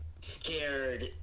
scared